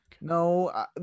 No